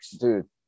Dude